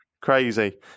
crazy